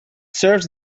serves